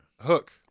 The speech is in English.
Hook